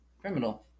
criminal